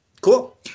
cool